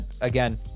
again